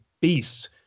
beast